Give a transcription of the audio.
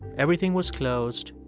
everything was closed,